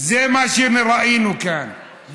זה מה שראינו כאן.